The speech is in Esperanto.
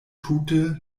tute